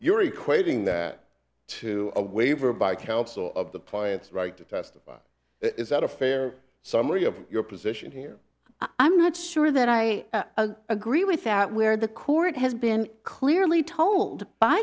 you're equating that to a waiver by counsel of the pious right to testify is that a fair summary of your position here i'm not sure that i agree with that where the court has been clearly told by